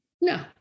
No